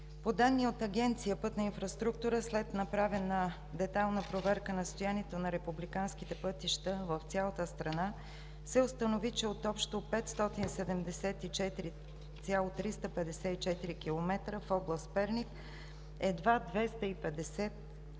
По данни от Агенция „Пътна инфраструктура“ след направена детайлна проверка на състоянието на републиканките пътища в цялата страна се установи, че от общо 574,354 км в област Перник едва 250,456